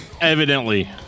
Evidently